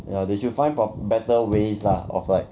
ya they should find pro~ better ways lah of like